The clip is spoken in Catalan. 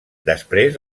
després